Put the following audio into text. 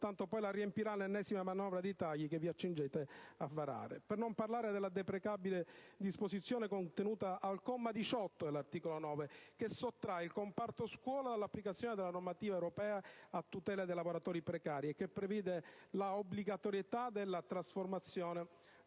tanto poi la riempirà l'ennesima manovra di tagli che vi accingete a varare. Per non parlare della deprecabile disposizione contenuta al comma 18 dell'articolo 9, che sottrae il comparto scuola dall'applicazione della normativa europea a tutela dei lavoratori precari e che prevede l'obbligatorietà della trasformazione del